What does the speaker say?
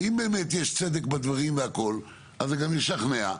ואם באמת יש צדק בדברים והכל, אז זה גם ישכנע.